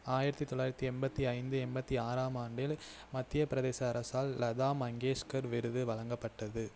ஆயிரத்தி தொள்ளாயிரத்தி எண்பத்தி ஐந்து எண்பத்தி ஆறாம் ஆண்டில் மத்தியப்பிரதேச அரசால் லதா மங்கேஷ்கர் விருது வழங்கப்பட்டது